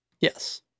Yes